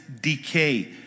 decay